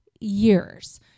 years